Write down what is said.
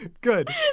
Good